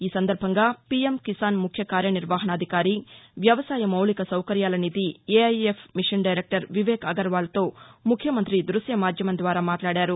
ఈసందర్బంగా పీఎం కిసాన్ ముఖ్యకార్యనిర్వహణాధికారి వ్యవసాయ మౌలిక సౌకర్యాల నిధి ఏఐఎఫ్ మిషన్ డైరెక్టర్ వివేక్ అగర్వాల్తో ముఖ్యమంతి దృశ్యమాధ్యమం ద్వారా మాట్లాడారు